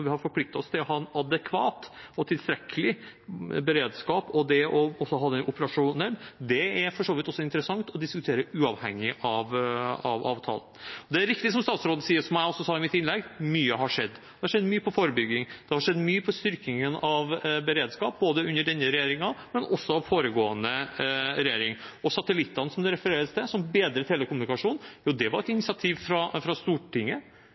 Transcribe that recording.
vi har forpliktet oss til å ha en adekvat og tilstrekkelig beredskap og det å ha den operasjonell. Det er for så vidt også interessant å diskutere, uavhengig av avtalen. Det er riktig, som statsråden sier, og som jeg også sa i mitt innlegg, at mye har skjedd. Det har skjedd mye når det gjelder forebygging. Det har skjedd mye når det gjelder styrkingen av beredskap, både under denne regjeringen og også av foregående regjering. Satellittene, som det refereres til, som bedrer telekommunikasjonen, var et initiativ fra Stortinget,